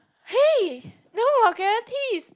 hey no vulgarities